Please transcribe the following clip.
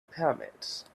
pyramids